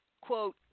Quote